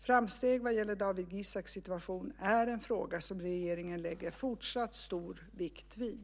Framsteg vad gäller Dawit Isaaks situation är en fråga som regeringen lägger fortsatt stor vikt vid.